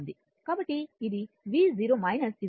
కాబట్టి ఇది v 0 volt సరైనది